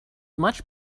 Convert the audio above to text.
much